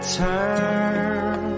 turn